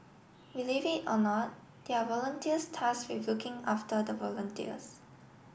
believe it or not there are volunteers tasked with looking after the volunteers